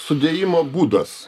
sudėjimo būdas